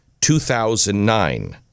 2009